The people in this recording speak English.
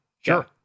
Sure